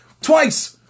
twice